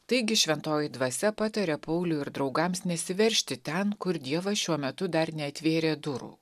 taigi šventoji dvasia patarė pauliui ir draugams nesiveržti ten kur dievas šiuo metu dar neatvėrė durų